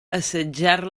assetjar